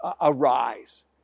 arise